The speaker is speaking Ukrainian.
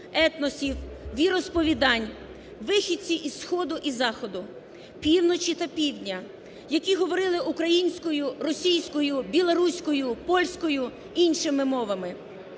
етносів, віросповідань, вихідці із Сходу і Заходу, Півночі та Півдня, які говорили українською, російською, білоруською, польською, іншими мовами.